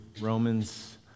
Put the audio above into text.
Romans